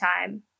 time